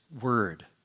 word